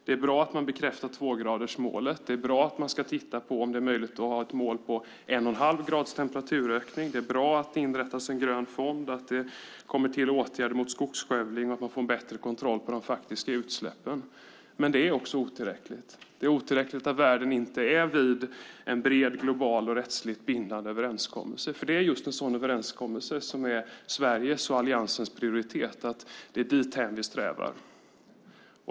Det är bra att man bekräftar tvågradersmålet. Det är bra att man ska titta på om det är möjligt att ha ett mål på en och en halv grads temperaturökning. Det är bra att det inrättas en grön fond, att det kommer till åtgärder mot skogsskövling och att man får en bättre kontroll på de faktiska utsläppen. Men det är också otillräckligt. Det är otillräckligt att världen inte är vid en bred, global och rättsligt bindande överenskommelse, för det är just en sådan överenskommelse som är Sveriges och Alliansens prioritet. Det är dithän vi strävar.